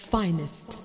finest